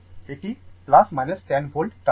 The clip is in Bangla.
এটি 100 volt টার্মিনাল